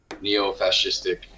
neo-fascistic